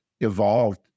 evolved